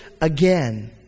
again